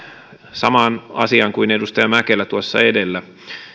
samaan asiaan kuin edustaja mäkelä tuossa edellä